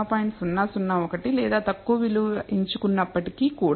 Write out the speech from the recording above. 001 లేదా తక్కువ విలువ ఎంచుకున్నప్పటికీ కూడా